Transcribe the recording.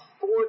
four